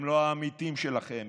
הם לא העמיתים שלכם,